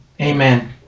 Amen